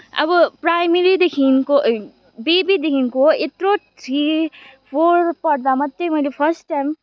अब प्राइमेरीदेखिको बेबीदेखिको यत्रो थ्री फोर पढ्दा मात्रै मैले फर्स्ट टाइम